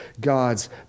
God's